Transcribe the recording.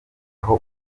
aho